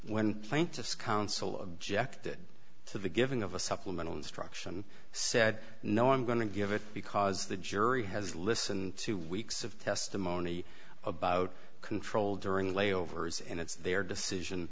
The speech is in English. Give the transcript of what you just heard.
when plaintiff's counsel objected to the giving of a supplemental instruction said no i'm going to give it because the jury has listened to weeks of testimony about control during layovers and it's their decision